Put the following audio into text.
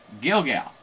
Gilgal